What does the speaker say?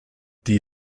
die